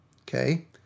Okay